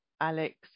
Alex